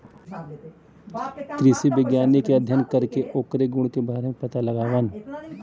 कृषि वैज्ञानिक मट्टी के अध्ययन करके ओकरे गुण के बारे में पता लगावलन